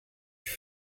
suis